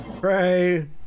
Pray